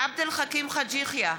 עבד אל חכים חאג' יחיא,